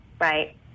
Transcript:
right